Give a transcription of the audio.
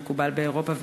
שמקובל באירופה,